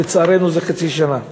לצערנו זה לפחות חצי שנה.